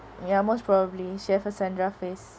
ya most probably she has a sandra face